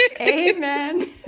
Amen